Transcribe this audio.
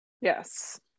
Yes